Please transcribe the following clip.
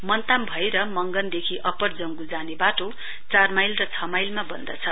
मन्ताम भएर मंगनदेखि अप्पर जंगु जाने बाटो चार माईल र छ माइलमा बन्द् छ